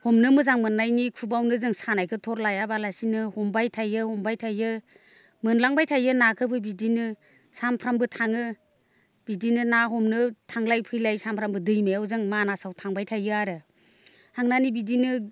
हमनो मोजां मोननायनि खुबावनो जों सानायखो थर लायाबालासिनो हमबाय थायो हमबाय थायो मोनलांबाय थायो नाखोबो बिदिनो सामफ्रामबो थाङो बिदिनो ना हमनो थांलाय फैलाय सामफ्रामबो दैमायाव जों मानासाव थांबाय थायो आरो थांनानै बिदिनो